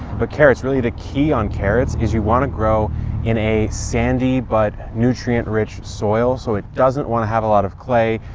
but carrots, really the key on carrots is you want to grow in a sandy but nutrient rich soil. so it doesn't want to have a lot of clay,